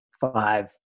five